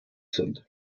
sind